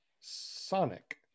Sonic